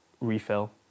refill